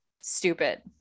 stupid